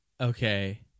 Okay